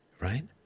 right